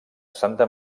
santa